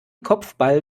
kopfball